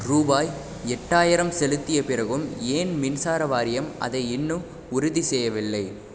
ரூபாய் எட்டாயிரம் செலுத்திய பிறகும் ஏன் மின்சார வாரியம் அதை இன்னும் உறுதி செய்யவில்லை